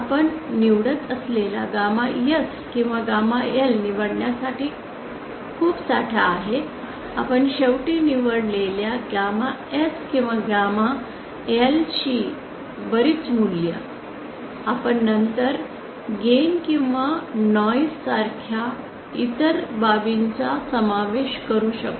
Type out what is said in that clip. आपण निवडत असलेले गॅमा S किंवा गॅमा L निवडण्यासाठी खूप साठा आहे आपण शेवटी निवडलेल्या गॅमा S किंवा गॅमा L ची बरीच मूल्ये आपण नंतर गेन किंवा नॉईस यासारख्या इतर बाबींचा समावेश करू शकतो